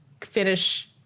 finish